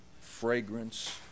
fragrance